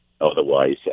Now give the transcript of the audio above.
otherwise